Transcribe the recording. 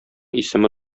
исеме